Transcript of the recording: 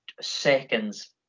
seconds